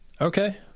Okay